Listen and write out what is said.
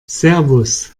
servus